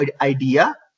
idea